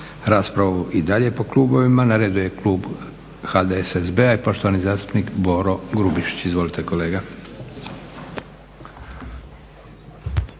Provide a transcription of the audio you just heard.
raspravu i dalje po klubovima. Na redu je klub HDSSB-a i poštovani zastupnik Boro Grubišić. Izvolite kolega.